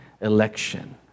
election